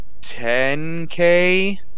10K